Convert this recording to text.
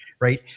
right